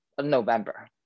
November